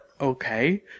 okay